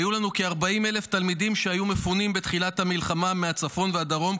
והיו לנו כ-40,000 תלמידים שהיו מפונים בתחילת המלחמה מהצפון והדרום,